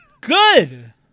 Good